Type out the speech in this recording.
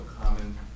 common